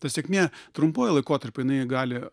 ta sėkmė trumpuoju laikotarpiu gali